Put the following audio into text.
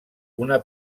una